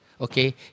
okay